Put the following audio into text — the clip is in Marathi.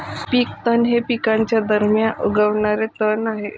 पीक तण हे पिकांच्या दरम्यान उगवणारे तण आहे